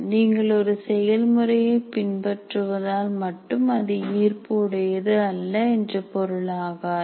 நீங்கள் ஒரு செயல்முறையை பின்பற்றுவதால் மட்டும் அது ஈர்ப்பு உடையது அல்ல என்று பொருளாகாது